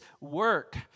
work